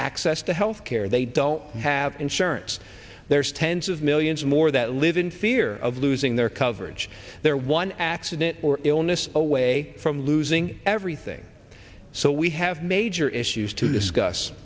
access to health care they don't have insurance there's tens of millions more that live in fear of losing their coverage their one accident or illness away from losing everything so we have major issues to discuss